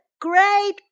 great